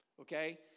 okay